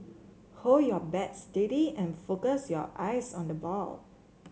hold your bat steady and focus your eyes on the ball